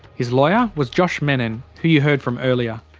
his lawyer was josh mennen, who you heard from earlier.